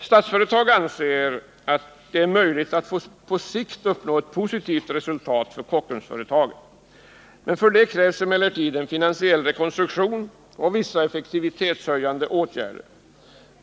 Statsföretag anser att det är möjligt att på kort sikt uppnå ett positivt resultat för Kockumsföretagen. För detta krävs emellertid en finansiell rekonstruktion och vissa effektivitetshöjande åtgärder.